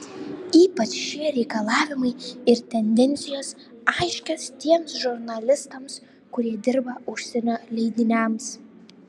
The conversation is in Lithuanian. ypač šie reikalavimai ir tendencijos aiškios tiems žurnalistams kurie dirba užsienio leidiniams